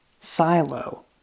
Silo